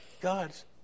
God's